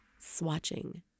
swatching